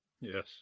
Yes